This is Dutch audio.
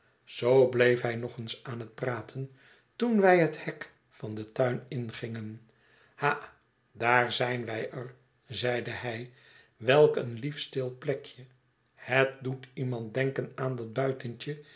zoo bleef hij nog aan het praten toen wij het hek van den tuin ingingen ha daar zijn wij er zeide hij welk een lief stil plekje het doet iemand denken aan dat